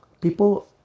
people